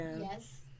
Yes